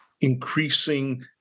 increasing